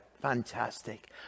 Fantastic